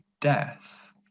death